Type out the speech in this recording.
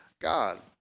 God